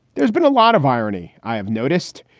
there's been a lot of irony. i have noticed,